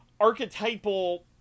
archetypal